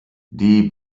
die